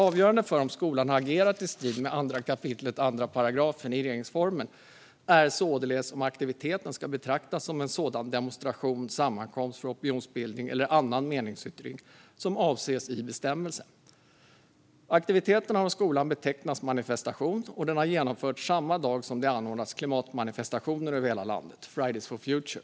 Avgörande för om skolan har agerat i strid med 2 kap. 2 § RF är således om aktiviteten ska betraktas som en sådan demonstration, sammankomst för opinionsbildning eller annan meningsyttring som avses i bestämmelsen." JO skriver att aktiviteten av skolan har betecknats som en manifestation och att den har genomförts samma dag som det anordnats klimatmanifestationer över hela landet, Fridays for Future.